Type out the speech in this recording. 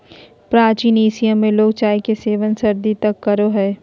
प्राचीन एशिया में लोग चाय के सेवन सदियों तक करो हलय